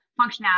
functionality